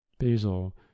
Basil